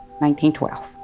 1912